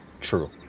true